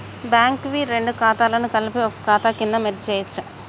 Bank వి రెండు ఖాతాలను కలిపి ఒక ఖాతా కింద మెర్జ్ చేయచ్చా?